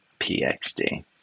PXD